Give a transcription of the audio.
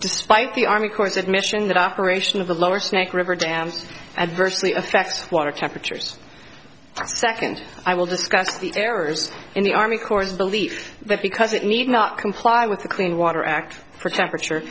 despite the army corps admission that operation of the lower snake river dams adversely affects water temperatures second i will discuss the errors in the army corps belief that because it need not comply with the clean water act for temperature